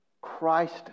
Christ